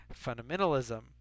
fundamentalism